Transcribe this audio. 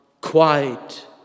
Quiet